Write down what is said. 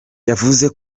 yavuze